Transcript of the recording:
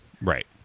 right